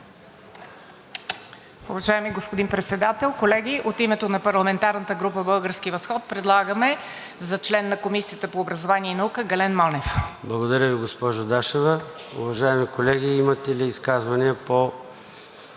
Уважаеми господин Председател, колеги! От името на парламентарната група „Български възход“ предлагаме за член на Комисията по образование и наука Гален Монев. ПРЕДСЕДАТЕЛ ЙОРДАН ЦОНЕВ: Благодаря Ви, госпожо Дашева. Уважаеми колеги, имате ли изказвания по